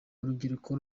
urubyiruko